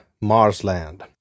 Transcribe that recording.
Marsland